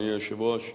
אדוני היושב-ראש,